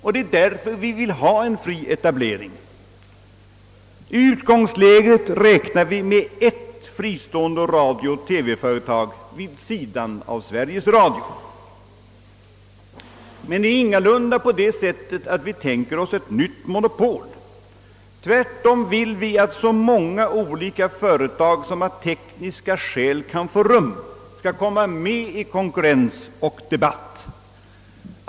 Det är därför vi vill ha en fri etablering. I utgångsläget räknar vi med ett enda fristående radiooch TV-företag vid sidan av Sveriges Radio, men vi tänker oss ingalunda något nytt monopol. Tvärtom vill vi att så många olika företag som av tekniska skäl kan få rum skall kunna komma med i konkurrens och debatt.